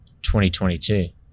2022